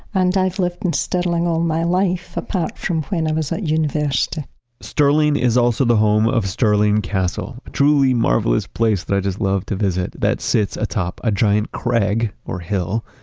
and i've lived in stirling all my life apart from when i was at university stirling is also the home of stirling castle, a truly marvelous place that i just love to visit that sits atop a giant crag or hill,